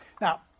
Now